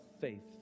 faith